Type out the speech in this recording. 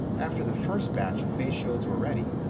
after the first batch of face shields were ready,